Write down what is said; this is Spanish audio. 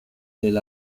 del